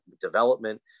development